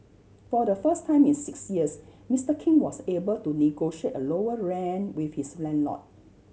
for the first time in six years Mister King was able to negotiate a lower rent with his landlord